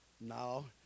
No